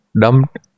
dumped